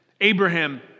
Abraham